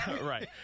Right